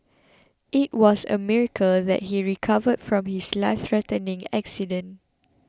it was a miracle that he recovered from his lifethreatening accident